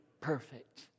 perfect